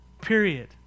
Period